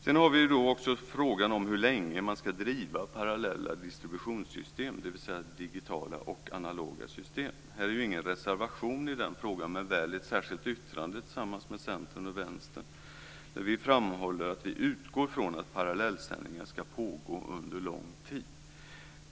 Sedan har vi frågan om hur länge man ska driva parallella distributionssystem, dvs. digitala och analoga system. Det finns ingen reservation i det sammanhanget men väl ett särskilt yttrande tillsammans med Centern och Vänstern. Vi framhåller att vi utgår från att parallellsändningar ska pågå under lång tid.